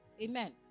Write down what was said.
Amen